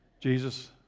Jesus